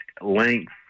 Length